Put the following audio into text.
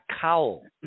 cowl